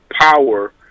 power